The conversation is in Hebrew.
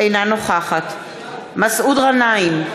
אינה נוכחת מסעוד גנאים,